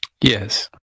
Yes